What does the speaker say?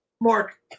Mark